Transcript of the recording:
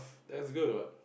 that's good what